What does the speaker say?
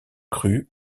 crue